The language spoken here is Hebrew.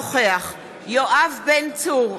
אינו נוכח יעקב אשר,